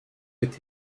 with